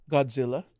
Godzilla